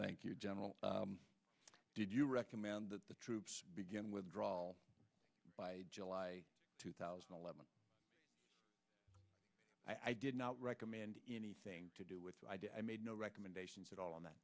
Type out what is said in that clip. thank you general did you recommend that the troops begin withdrawal by july two thousand and eleven i did not recommend anything to do with i made no recommendations at all on that